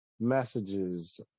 messages